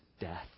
death